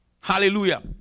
Hallelujah